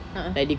a'ah